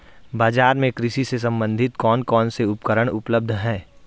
बाजार में कृषि से संबंधित कौन कौन से उपकरण उपलब्ध है?